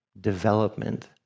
development